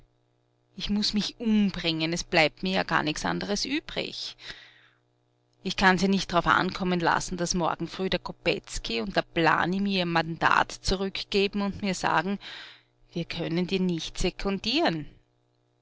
ich muß mich umbringen es bleibt mir ja nichts anderes übrig ich kann's ja nicht d'rauf ankommen lassen daß morgen früh der kopetzky und der blany mir ihr mandat zurückgeben und mir sagen wir können dir nicht sekundieren